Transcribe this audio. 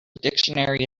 dictionary